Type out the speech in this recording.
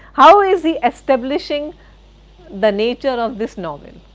how is he establishing the nature of this novel?